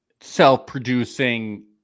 self-producing